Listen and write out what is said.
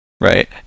Right